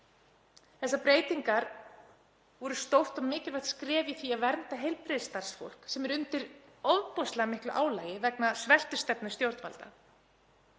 þær breytingar voru stórt og mikilvægt skref í því að vernda heilbrigðisstarfsfólk sem er undir ofboðslega miklu álagi vegna sveltistefnu stjórnvalda,